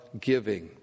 giving